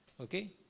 okay